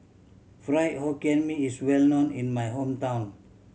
Fried Hokkien Mee is well known in my hometown